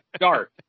dark